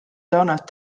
donald